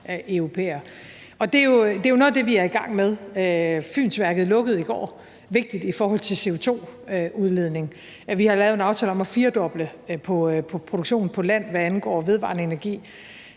europæere. Det er jo noget af det, vi er i gang med. Fynsværket lukkede i går. Det var vigtigt i forhold til CO2-udledningen. Vi har lavet en aftale om at firdoble produktionen på land, hvad angår vedvarende energi.